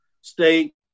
State